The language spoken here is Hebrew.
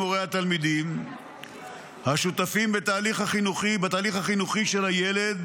הורי התלמידים השותפים בתהליך החינוכי של הילד,